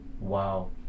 Wow